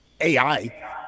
AI